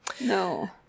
No